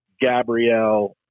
gabrielle